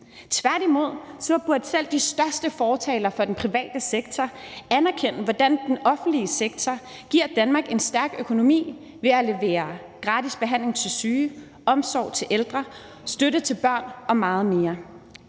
Tværtimod burde selv de største fortalere for den private sektor anerkende, at den offentlige sektor giver Danmark en stærk økonomi ved at levere gratis behandling til syge, omsorg til ældre, støtte til børn og meget mere.